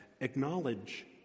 acknowledge